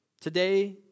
Today